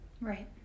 Right